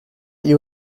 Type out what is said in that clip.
you